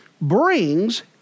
brings